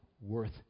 worth